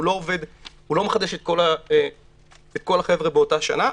הוא לא מחדש את כל החבר'ה באותה שנה,